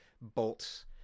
bolts